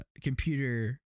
computer